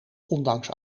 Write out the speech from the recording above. ondanks